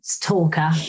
talker